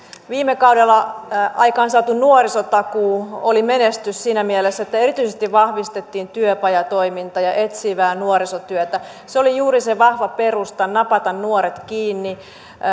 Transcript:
viime kaudella aikaan saatu nuorisotakuu oli menestys siinä mielessä että erityisesti vahvistettiin työpajatoimintaa ja etsivää nuorisotyötä se oli juuri se vahva perusta napata nuoret kiinni